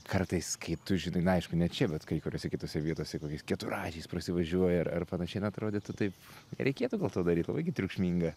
kartais kai tu žinai na aišku ne čia bet kai kuriose kitose vietose kokiais keturračiais prasivažiuoja ir ar panašiai na atrodytų taip reikėtų to daryt labai gi triukšminga